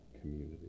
community